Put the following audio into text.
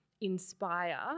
inspire